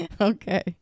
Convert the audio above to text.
Okay